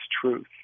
truth